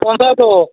পঞ্চায়তক